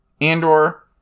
Andor